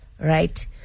right